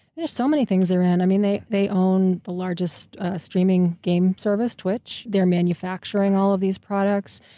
there's so many things around. i mean, they they own the largest streaming game service, twitch. they're manufacturing all of these products.